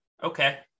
Okay